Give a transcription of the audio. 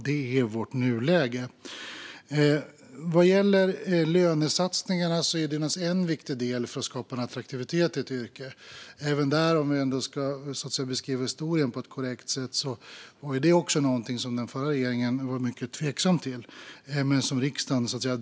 Det är vårt nuläge. Vad gäller lönesatsningar är de naturligtvis en viktig del i att skapa attraktivitet i ett yrke. Om vi nu ska beskriva historien på ett korrekt sätt var de satsningarna något som den förra regeringen var mycket tveksam till, men som riksdagen drev igenom.